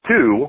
Two